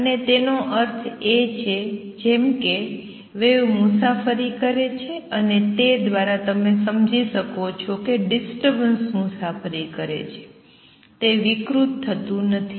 અને તેનો અર્થ છે જેમ કે વેવ મુસાફરી કરે છે અને તે દ્વારા તમે સમજી શકો છો કે ડિસ્ટર્બન્સ મુસાફરી કરે છે તે વિકૃત થતું નથી